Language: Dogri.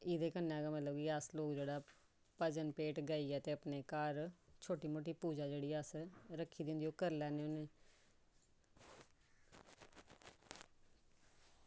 ते एह्दे कन्नै गै जेह्ड़ा अस लोग भजन भेंट गाइयै अस लोग पूजा जेह्ड़ी ऐ रक्खी दी होंदी ते ओह् अस करी लैन्ने होन्ने